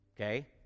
Okay